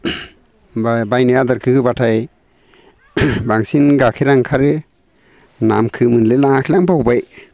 बायनाय आदारखो होब्लाथाय बांसिन गाइखेरा ओंखारो नामखो मोनलायलाङाखैलां बावबाय